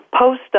post